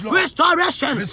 restoration